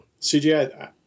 CGI